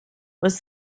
was